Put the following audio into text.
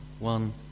One